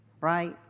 right